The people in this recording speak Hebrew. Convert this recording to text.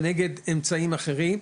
ונגד אמצעים אחרים,